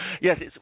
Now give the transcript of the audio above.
Yes